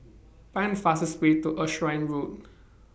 Find The fastest Way to Erskine Road